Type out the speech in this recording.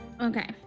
Okay